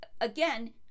Again